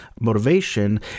motivation